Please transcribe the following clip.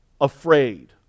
afraid